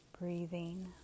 Breathing